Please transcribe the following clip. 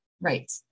Right